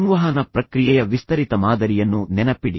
ಸಂವಹನ ಪ್ರಕ್ರಿಯೆಯ ವಿಸ್ತರಿತ ಮಾದರಿಯನ್ನು ನೆನಪಿಡಿ